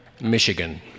Michigan